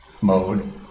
mode